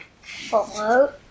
Float